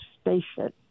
Station